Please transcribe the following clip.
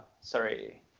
sorry